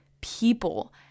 people